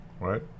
Right